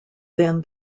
than